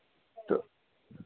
तो